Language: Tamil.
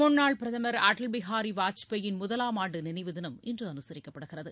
முன்னாள் பிரதமர் அடல்பிகாரி வாஜ்பாயின் முதலாம் ஆண்டு நினைவு தினம் இன்று அனுசரிக்கப்படுகிறது